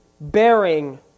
bearing